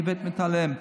איווט מתעלם.